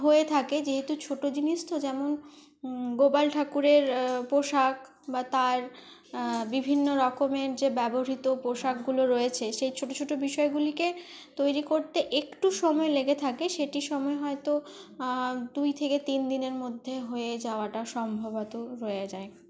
হয়ে থাকে যেহেতু ছোট জিনিস তো যেমন গোপাল ঠাকুরের পোশাক বা তার বিভিন্ন রকমের যে ব্যবহৃত পোশাকগুলো রয়েছে সেই ছোট ছোট বিষয়গুলিকে তৈরি করতে একটু সময় লেগে থাকে সেটির সময় হয়তো দুই থেকে তিন দিনের মধ্যে হয়ে যাওয়াটা সম্ভবত হয়ে যায়